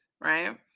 right